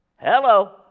Hello